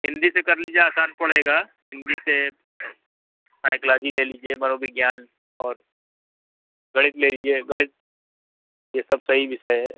हिंदी से कर लीजिए आसान पड़ेगा इंग्लिस है साइकलॉजी ले लीजिए मनोविज्ञान और गणित ले लीजिए गणित ये सब सही विषय हैं